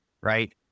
right